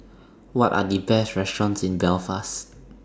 What Are The Best restaurants in Belfast